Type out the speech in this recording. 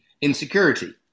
insecurity